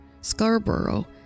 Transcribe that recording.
Scarborough